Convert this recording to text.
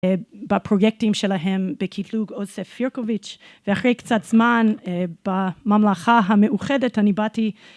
בפרויקטים שלהם בקיטלוג אוסף פירקוביץ׳ ואחרי קצת זמן בממלכה המאוחדת אני באתי...